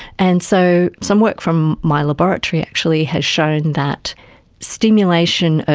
and so some work from my laboratory actually has shown that stimulation,